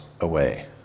away